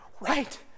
Right